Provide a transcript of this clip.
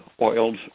oils